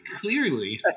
Clearly